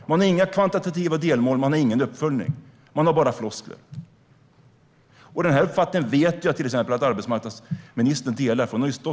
Man har inga kvantitativa delmål och ingen uppföljning. Man har bara floskler. Jag vet att till exempel arbetsmarknadsministern delar den uppfattningen.